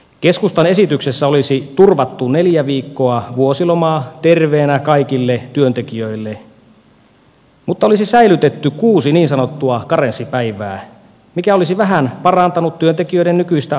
keskustan esityksessä olisi turvattu neljä viikkoa vuosilomaa terveenä kaikille työntekijöille mutta olisi säilytetty kuusi niin sanottua karenssipäivää mikä olisi vähän parantanut työntekijöiden nykyistä asemaa